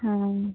ᱦᱮᱸ